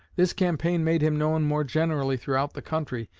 this campaign made him known more generally throughout the country,